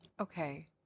Okay